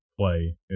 play